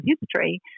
history